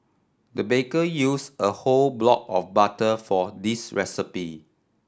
the baker used a whole block of butter for this recipe